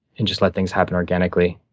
and just let things happen organically.